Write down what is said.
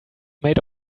made